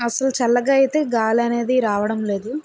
అస్సలు చల్లగా అయితే గాలి అనేది రావడం లేదు